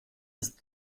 ist